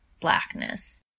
blackness